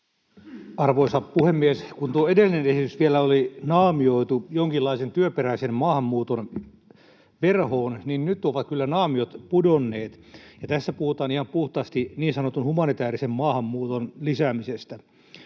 Arvoisa puhemies! Kun tuo edellinen esitys vielä oli naamioitu jonkinlaisen työperäisen maahanmuuton verhoon, niin nyt ovat kyllä naamiot pudonneet ja tässä puhutaan ihan puhtaasti niin sanotun humanitäärisen maahanmuuton lisäämisestä.